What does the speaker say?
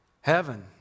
Heaven